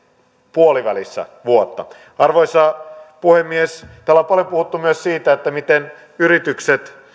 puolivälissä vuotta arvoisa puhemies täällä on paljon puhuttu myös siitä miten yritykset